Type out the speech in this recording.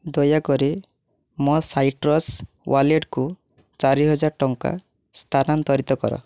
ଦୟାକରି ମୋ ସାଇଟ୍ରସ୍ ୱାଲେଟକୁ ଚାରିହଜାର ଟଙ୍କା ସ୍ଥାନାନ୍ତରିତ କର